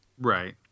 Right